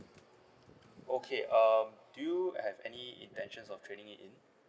okay um do you have any intentions of trading it in